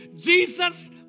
Jesus